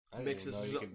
mixes